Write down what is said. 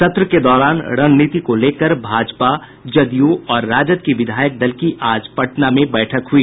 सत्र के दौरान रणनीति को लेकर भाजपा जदयू और राजद के विधायक दल की आज पटना में बैठक हुई